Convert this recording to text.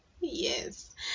Yes